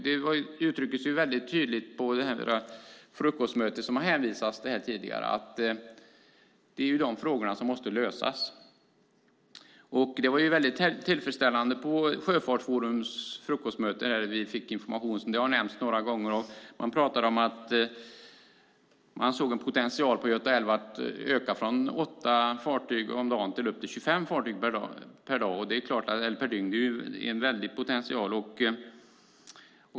Det uttrycktes mycket tydligt på det frukostmöte som det har hänvisats till här tidigare att det är dessa frågor som måste lösas. Det var mycket tillfredsställande att vi fick information på Sjöfartsforums frukostmöte. Man pratade om att man såg en potential på Göta älv att öka från 8 fartyg per dygn till uppemot 25 fartyg per dygn. Det är en stor potential.